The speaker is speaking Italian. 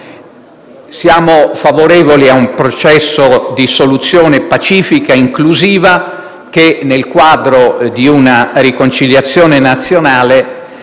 Siamo favorevoli a un processo di soluzione pacifica inclusiva che, nel quadro di una riconciliazione nazionale,